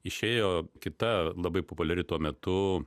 išėjo kita labai populiari tuo metu